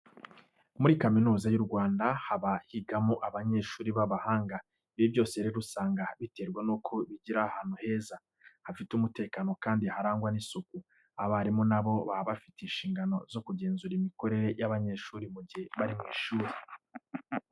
Muri Kaminuza y' U Rwanda haba higamo abanyeshuri b'abahanga. Ibi byose rero usanga biterwa nuko bigira ahantu heza, hafite umutekano kandi harangwa n'isuku. Abarimu na bo baba bafite inshingano zo kugenzura imikorere y'abanyeshuri mu gihe bari mu ishuri.